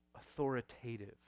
authoritative